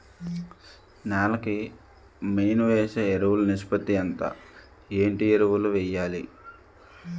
నేల కి మెయిన్ వేసే ఎరువులు నిష్పత్తి ఎంత? ఏంటి ఎరువుల వేయాలి?